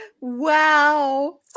Wow